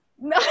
no